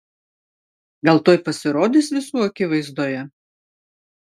gal tuoj pasirodys visų akivaizdoje